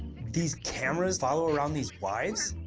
these cameras follow around these wives?